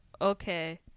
okay